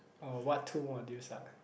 uh what two modules are